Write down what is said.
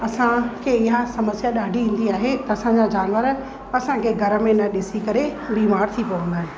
असां खे इहा समस्या ॾाढी ईंदी आहे असां जा जानवर असां खे घर में न ॾिसी करे बीमारु थी पवंदा आहिनि